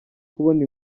kubona